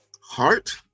heart